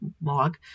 blog